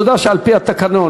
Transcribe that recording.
אתה יודע שעל-פי התקנון,